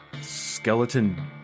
skeleton